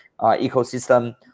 ecosystem